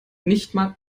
nichtmal